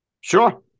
Sure